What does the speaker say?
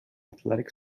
athletic